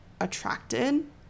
attracted